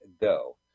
go